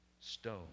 stone